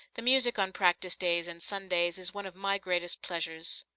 the music on practice days and sundays is one of my greatest pleasures.